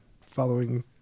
following